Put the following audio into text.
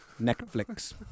Netflix